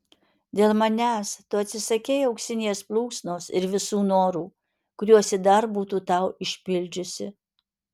dėl manęs tu atsisakei auksinės plunksnos ir visų norų kuriuos ji dar būtų tau išpildžiusi